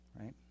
right